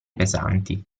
pesanti